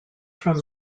from